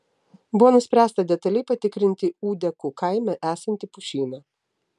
buvo nuspręsta detaliai patikrinti ūdekų kaime esantį pušyną